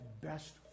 best